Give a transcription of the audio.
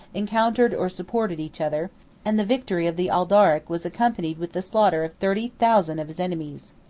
encountered or supported each other and the victory of the ardaric was accompanied with the slaughter of thirty thousand of his enemies.